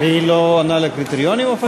היא לא עונה על הקריטריונים, אופקים?